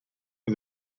for